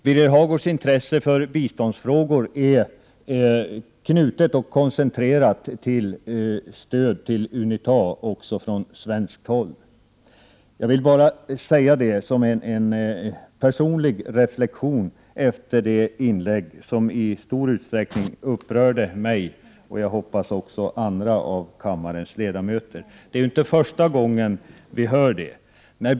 Birger Hagårds intresse för biståndsfrågor är knutet och koncentrerat till stöd till Unita även från svenskt håll. Jag vill bara göra denna personliga reflexion efter Birger Hagårds inlägg, som i stor utsträckning upprörde mig, och jag hoppas att det upprörde även andra av kammarens ledamöter. Det är ju inte första gången vi hör detta.